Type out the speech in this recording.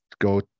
go